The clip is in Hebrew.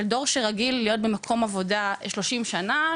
של דור שרגיל להיות במקום עבודה שלושים שנה,